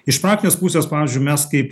iš praktinės pusės pavyzdžiui mes kaip